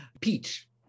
peach